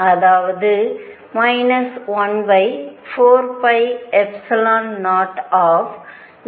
அதாவது 14π0